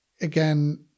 again